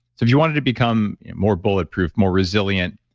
so if you want it to become more bulletproof, more resilient,